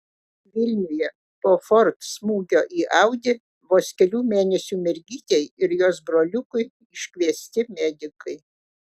vilniuje po ford smūgio į audi vos kelių mėnesių mergytei ir jos broliukui iškviesti medikai